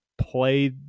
play